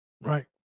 right